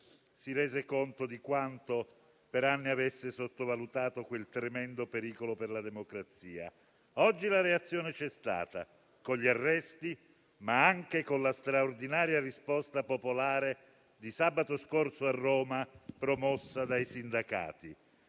si rese conto di quanto per anni avesse sottovalutato quel tremendo pericolo per la democrazia. Oggi la reazione c'è stata, con gli arresti, ma anche con la straordinaria risposta popolare di sabato scorso a Roma promossa dai sindacati.